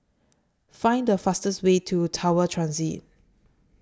Find The fastest Way to Tower Transit